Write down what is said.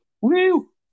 Woo